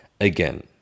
again